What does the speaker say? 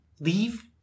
leave